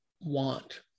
want